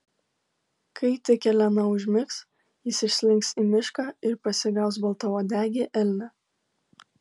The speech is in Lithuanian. kai tik elena užmigs jis išslinks į mišką ir pasigaus baltauodegį elnią